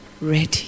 ready